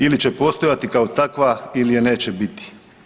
Ili će postojati kao takva ili je neće biti.